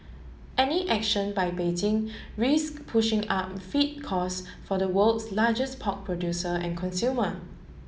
any action by Beijing risk pushing up feed cost for the world's largest pork producer and consumer